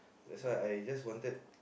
that's why I just wanted